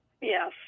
Yes